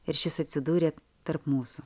ir šis atsidūrė tarp mūsų